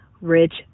rich